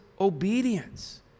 obedience